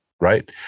right